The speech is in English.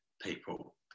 people